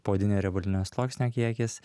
poodinio riebalinio sluoksnio kiekis